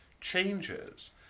changes